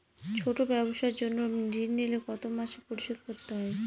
ছোট ব্যবসার জন্য ঋণ নিলে কত মাসে পরিশোধ করতে হয়?